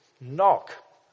Knock